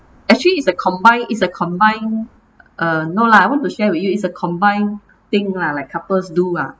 actually it's a combined it's a combined uh no lah I want to share with you it's a combined thing lah like couples do ah